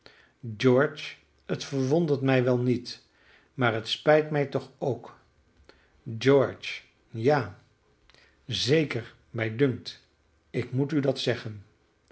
verlaten george het verwondert mij wel niet maar het spijt mij toch ook george ja zeker mij dunkt ik moet u dat zeggen